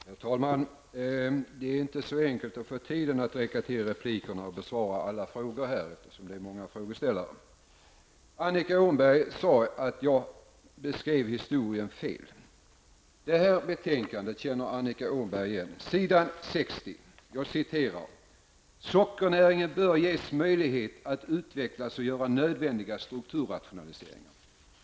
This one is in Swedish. Herr talman! Det är inte så enkelt att få repliktiden att räcka till för att besvara alla frågor när det är många frågeställare. Annika Åhnberg sade att jag beskrev historien fel. Annika Åhnberg känner igen det här betänkandet. På s. 16 säger utskottet att ''sockernäringen bör ges möjlighet att utvecklas och göra nödvändiga strukturrationaliseringar''.